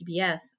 PBS